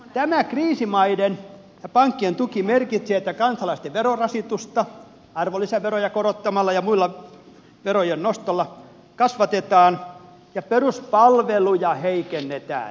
tämä kriisimaiden ja pankkien tuki merkitsee sitä että kansalaisten verorasitusta arvonlisäveroja korottamalla ja muilla verojen nostoilla kasvatetaan ja peruspalveluja heikennetään